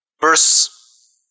Verse